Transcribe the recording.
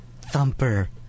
Thumper